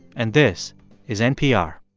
and this is npr